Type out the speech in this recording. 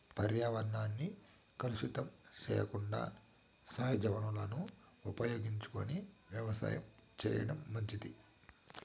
పర్యావరణాన్ని కలుషితం సెయ్యకుండా సహజ వనరులను ఉపయోగించుకొని వ్యవసాయం చేయటం మంచిది